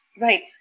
Right